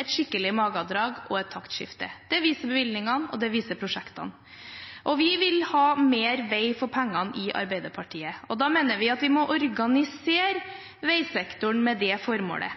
et skikkelig magadrag og et taktskifte. Det viser bevilgningene, og det viser prosjektene. Vi vil ha mer vei for pengene i Arbeiderpartiet, og da mener vi at vi må organisere veisektoren med det formålet.